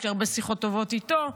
יש לי הרבה שיחות טובות איתו.